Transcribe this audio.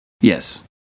Yes